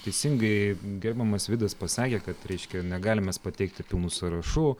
teisingai gerbiamas vydas pasakė kad reiškia negalim mes pateikti pilnų sąrašų